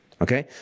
okay